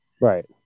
Right